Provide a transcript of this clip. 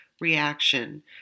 reaction